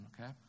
okay